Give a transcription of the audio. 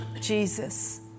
Jesus